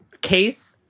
case